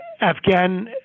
afghan